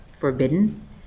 forbidden